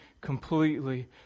completely